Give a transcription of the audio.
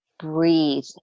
Breathe